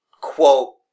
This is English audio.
Quote